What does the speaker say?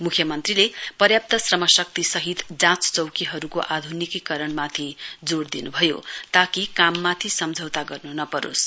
मुख्यमन्त्रीले पर्याप्त श्रमशक्ति सहित जाँच चौकीहरूको आधुनिकीकरणमाथि जोड दिनु भयो ताकि काममाथि सम्झौता गर्नु नपरोस्